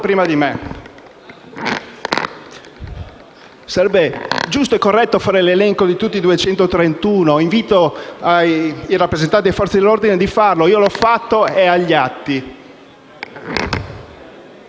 prima di me. Sarebbe giusto e corretto fare l'elenco di tutti i 231 nomi. Invito i rappresentanti delle Forze dell'ordine a farlo. Io l'ho fatto: è agli atti.